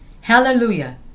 Hallelujah